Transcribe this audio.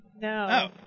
No